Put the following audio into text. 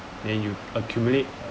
then you accumulate